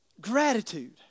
gratitude